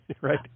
Right